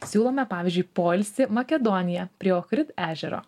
siūlome pavyzdžiui poilsį makedonija prie okrit ežero